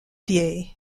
veille